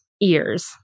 ears